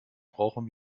brauchen